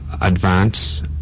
advance